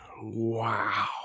Wow